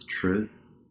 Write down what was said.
truth